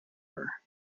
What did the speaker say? her